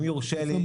אם יורשה לי